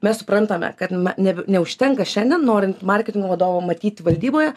mes suprantame kad na ne neužtenka šiandien norint marketingo vadovą matyt valdyboje